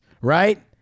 right